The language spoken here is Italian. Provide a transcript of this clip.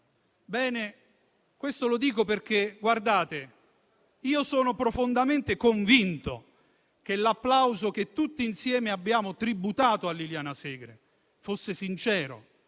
Dico questo perché sono profondamente convinto che l'applauso che tutti insieme abbiamo tributato a Liliana Segre fosse sincero,